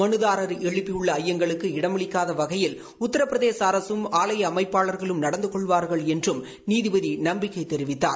மனுதாரா் எழுப்பியுள்ள ஐயங்களுக்கு இடமளிக்காத வகையில் உத்திரபிரதேச அரசும் ஆலய அமைப்பாளளர்களும் நடந்து கொள்வார்கள் என்றும் நீதபதி நம்பிக்கை தெரிவித்தார்